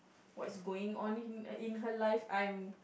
what's going on in in her life I'm